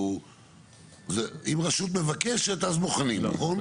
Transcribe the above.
אם רשות מבקשת, אז מוכנים, נכון?